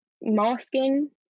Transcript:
masking